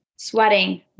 Sweating